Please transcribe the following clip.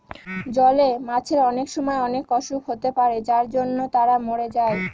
জলে মাছের অনেক সময় অনেক অসুখ হতে পারে যার জন্য তারা মরে যায়